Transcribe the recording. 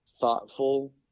thoughtful